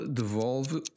devolve